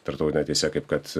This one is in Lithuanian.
tarptautine teise kaip kad